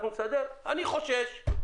אנחנו נסדר" אני חושש.